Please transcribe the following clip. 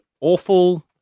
awful